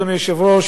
אדוני היושב-ראש,